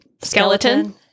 Skeleton